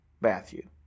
Matthew